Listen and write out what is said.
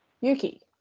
Yuki